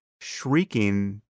shrieking